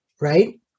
right